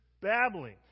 babbling